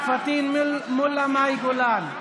פטין מולא ומאי גולן,